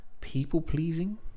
people-pleasing